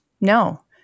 No